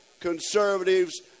conservatives